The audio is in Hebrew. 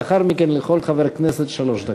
לאחר מכן לכל חבר כנסת שלוש דקות.